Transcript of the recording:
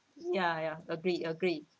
ya ya agreed agreed